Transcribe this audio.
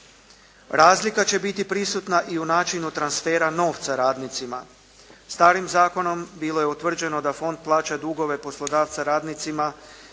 Razlika će biti prisutna i u načinu transfera novca radnicima. Starim zakonom bilo je utvrđeno da fond plaća dugove poslodavca radnicima